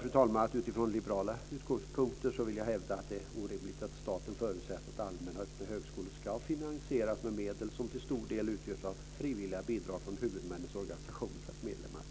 Fru talman! Utifrån liberala utgångspunkter vill jag hävda att det är orimligt att staten förutsätter att allmänna och öppna högskolor ska finansieras med medel som till stor del utgörs av frivilliga bidrag från huvudmännens organisationer och dess medlemmar.